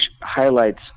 highlights